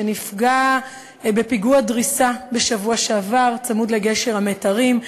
שנפגע בפיגוע דריסה בשבוע שעבר ליד גשר המיתרים,